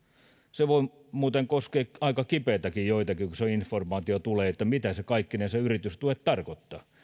se voi muuten koskea aika kipeästi joitakin kun se informaatio tulee mitä kaikkinensa yritystuet tarkoittavat